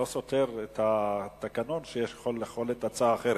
זה לא סותר את התקנון שיכולה להיות הצעה אחרת.